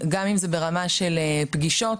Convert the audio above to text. גם אם זה ברמה של פגישות,